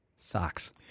Socks